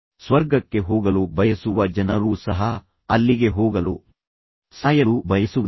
ಸ್ವರ್ಗಕ್ಕೆ ಹೋಗಲು ಬಯಸುವ ಜನರೂ ಸಹ ಅಲ್ಲಿಗೆ ಹೋಗಲು ಸಾಯಲು ಬಯಸುವುದಿಲ್ಲ